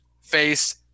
face